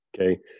okay